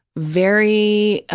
very